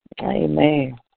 Amen